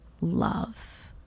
love